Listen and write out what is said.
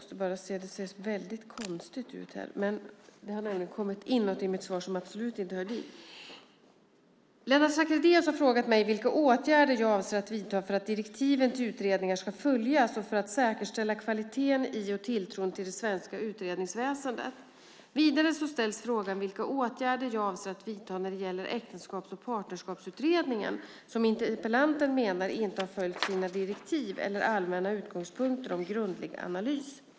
Herr talman! Lennart Sacrédeus har frågat mig vilka åtgärder jag avser att vidta för att direktiven till utredningar ska följas och för att säkerställa kvaliteten i och tilltron till det svenska utredningsväsendet. Vidare ställs frågan vilka åtgärder jag avser att vidta när det gäller Äktenskaps och partnerskapsutredningen, som interpellanten menar inte har följt sina direktiv eller allmänna utgångspunkter om grundlig analys.